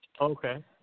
Okay